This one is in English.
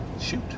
Shoot